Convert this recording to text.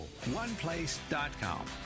oneplace.com